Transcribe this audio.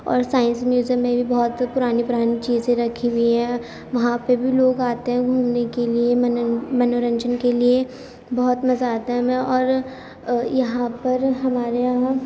اور science museum میں بھی بہت سی پرانی پرانی چیزیں رکھی ہوئی ہیں وہاں پہ بھی لوگ آتے ہیں گھومنے کے لیے منورنجن کے لیے بہت مزہ آتا ہے ہمیں اور یہاں پر ہمارے یہاں